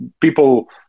people